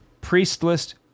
priestless